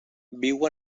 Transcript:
viu